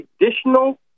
additional